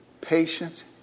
patience